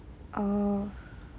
oh